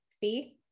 fee